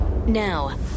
Now